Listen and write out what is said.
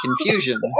confusion